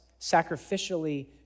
sacrificially